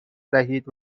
دهید